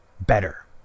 better